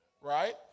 Right